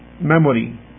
memory